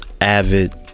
avid